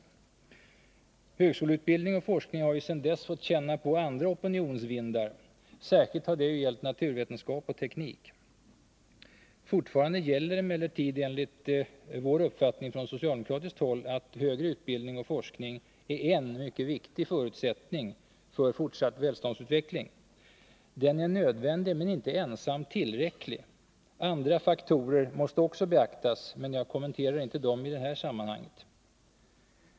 Högskoleutbildning och forskning har sedan dess fått känna på andra opinionsvindar. Särskilt har det gällt naturvetenskap och teknik. Fortfarande gäller emellertid, anser vi från socialdemokratiskt håll, att högre utbildning och forskning är en mycket viktig förutsättning för fortsatt välståndsutveckling. Den är nödvändig men ensam inte tillräcklig. Andra faktorer måste också beaktas, men jag kommenterar inte dem i det här sammanhanget.